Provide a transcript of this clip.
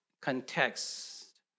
context